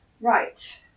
Right